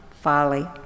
folly